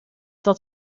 dat